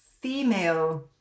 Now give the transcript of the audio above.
female